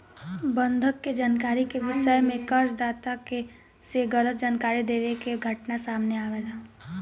बंधक के जानकारी के विषय में कर्ज दाता से गलत जानकारी देवे के घटना सामने आवेला